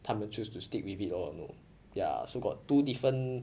他们 choose to stick with it lor you know ya so got two different